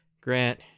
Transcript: Grant